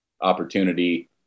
opportunity